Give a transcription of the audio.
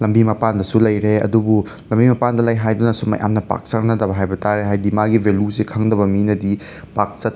ꯂꯝꯕꯤ ꯃꯄꯥꯟꯗꯁꯨ ꯂꯩꯔꯦ ꯑꯗꯨꯕꯨ ꯂꯝꯕꯤ ꯃꯄꯥꯟꯗ ꯂꯩ ꯍꯥꯏꯗꯨꯅꯁꯨ ꯃꯌꯥꯝꯅ ꯄꯥꯛ ꯆꯪꯅꯗꯕ ꯍꯥꯏꯕ ꯇꯥꯔꯦ ꯍꯥꯏꯗꯤ ꯃꯥꯒꯤ ꯚꯦꯂꯨꯁꯦ ꯈꯪꯗꯕ ꯃꯤꯅꯗꯤ ꯄꯥꯛ ꯆꯠ